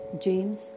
James